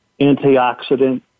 antioxidant